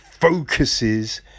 focuses